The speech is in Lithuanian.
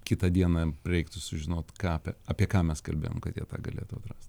kitą dieną reiktų sužinot ką apie apie ką mes kalbėjom kad jie tą galėtų atrast